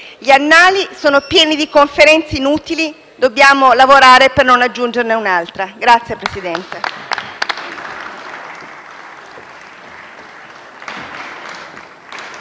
Gli annali sono pieni di conferenze inutili; dobbiamo lavorare per non aggiungerne un'altra. *(Applausi